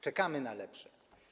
Czekamy na lepsze.